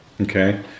Okay